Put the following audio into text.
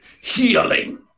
healing